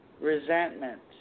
resentment